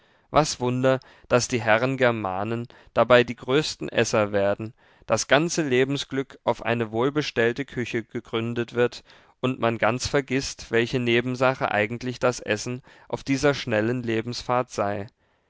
was wunder daß die herren germanen dabei die größten esser werden das ganze lebensglück auf eine wohlbestellte küche gegründet wird und man ganz vergißt welche nebensache eigentlich das essen auf dieser schnellen lebensfahrt sei